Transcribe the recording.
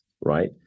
right